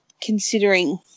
considering